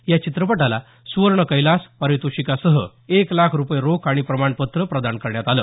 या चित्रपटाला सुवर्ण कैलास पारितोषिकासह एक लाख रूपये रोख आणि प्रमाणपत्र प्रदान करण्यात आलं